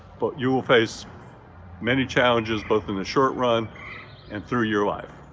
but you will face many challenges both in the short run and through your life.